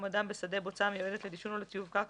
אדם בשדה בוצה המיועדת לדישון או לטיוב קרקע,